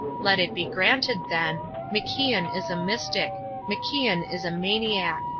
let it be granted, then macian is a mystic macian is a maniac.